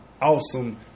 awesome